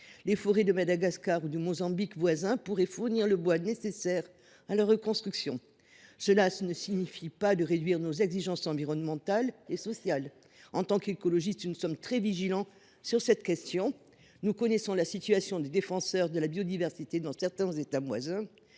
Les forêts de Madagascar ou du Mozambique pourraient fournir le bois nécessaire à la reconstruction. Cela ne signifie pas que nous voulons réduire les exigences environnementales et sociales. En tant qu’écologistes, nous sommes très vigilants sur cette question. Nous connaissons la situation des défenseurs de la biodiversité dans certains États voisins,